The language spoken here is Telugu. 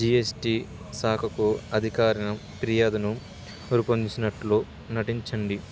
జిఎస్టి శాకకు అధికారిక ఫిర్యాదును రుపొందించినట్లు నటించండి